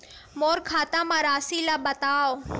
मोर खाता म राशि ल बताओ?